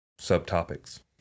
subtopics